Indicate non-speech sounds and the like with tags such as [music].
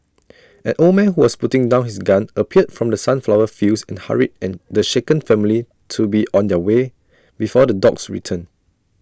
[noise] an old man who was putting down his gun appeared from the sunflower fields and hurried and the shaken family to be on their way before the dogs return